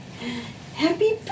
happy